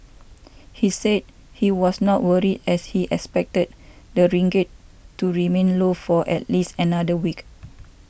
he said he was not worried as he expected the ringgit to remain low for at least another week